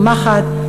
צומחת,